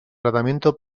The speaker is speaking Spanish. tratamiento